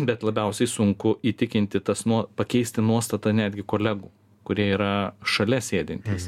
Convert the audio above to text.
bet labiausiai sunku įtikinti tas pakeisti nuostatą netgi kolegų kurie yra šalia sėdintys